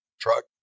truck